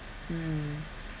mm